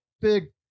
big